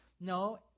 No